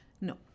No